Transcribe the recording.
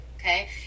okay